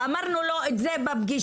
ואמרנו לו את זה בפגישה,